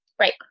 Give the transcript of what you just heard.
Right